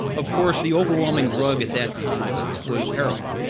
of course, the overwhelming drug at that time was heroin.